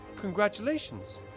congratulations